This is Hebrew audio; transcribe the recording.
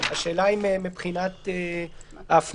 השאלה היא רק מבחינת ההפניה.